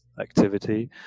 activity